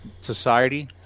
society